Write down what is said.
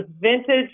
vintage